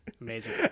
Amazing